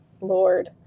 Lord